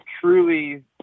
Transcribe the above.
truly